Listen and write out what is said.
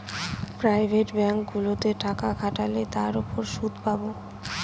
private ব্যাঙ্কগুলোতে টাকা খাটালে তার উপর সুদ পাবো